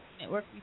network